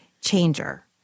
changer